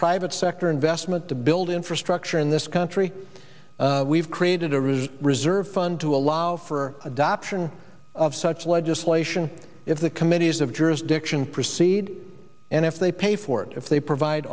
private sector investment to build infrastructure in this country we've created a really reserve fund to allow for adoption of such legislation if the committees of jurisdiction proceed and if they pay for it if they provide